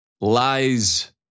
lies